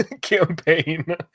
campaign